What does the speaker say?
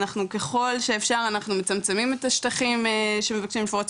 אנחנו ככל שאפשר אנחנו מצמצמים את השטחים שמבקשים לפרוץ,